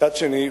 מצד שני,